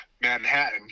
Manhattan